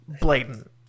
blatant